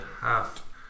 half